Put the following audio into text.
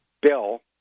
bill